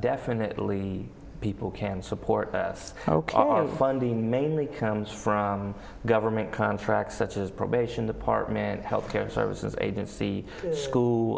definitely people can support us on funding mainly comes from government contracts such as probation department health care services agency school